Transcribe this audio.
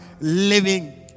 living